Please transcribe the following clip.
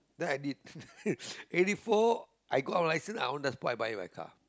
then i did eighty four I got license I on the spot I buy my car